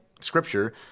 scripture